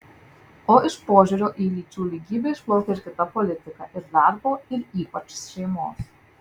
o iš požiūrio į lyčių lygybę išplaukia ir kita politika ir darbo ir ypač šeimos